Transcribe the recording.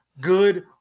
good